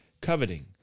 coveting